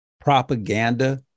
propaganda